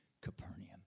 Capernaum